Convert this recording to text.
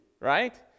right